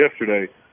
yesterday